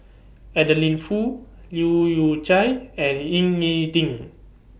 Adeline Foo Leu Yew Chye and Ying E Ding